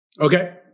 Okay